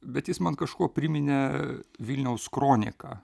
bet jis man kažkuo priminė vilniaus kroniką